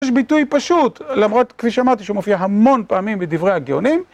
יש ביטוי פשוט למרות כפי שאמרתי שהוא מופיע המון פעמים בדברי הגאונים